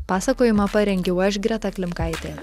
pasakojimą parengiau aš greta klimkaitė